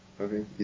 Okay